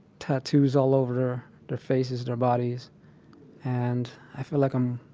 tattoos all over their faces, their bodies and i feel like i'm.